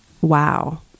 Wow